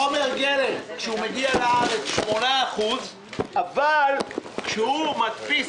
החומר גלם כשהוא מגיע לארץ 8% אבל כשהוא מדפיס